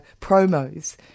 promos